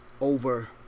over